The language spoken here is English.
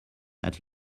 that